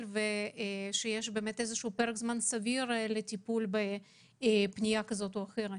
ויש פרק זמן סביר לטיפול בפניה כזו או אחרת.